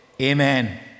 amen